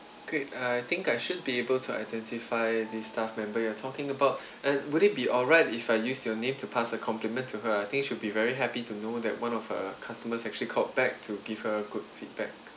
great I think I should be able to identify this staff member you're talking about and would it be alright if I use your name to pass a compliment to her I think she would be very happy to know that one of a customers actually called back to give her a good feedback